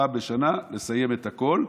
פעם בשנה לסיים את הכול,